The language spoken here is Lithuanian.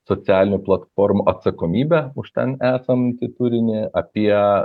socialinių platformų atsakomybę už ten esantį tūrinį apie